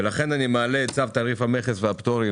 ולכן אני מעלה את צו תעריף המכס והפטורים